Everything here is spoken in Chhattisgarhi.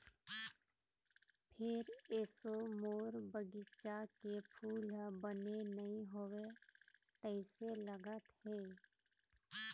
फेर एसो मोर बगिचा के फूल ह बने नइ होवय तइसे लगत हे